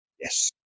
yes